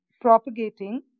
propagating